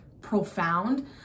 profound